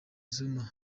zuma